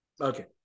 Okay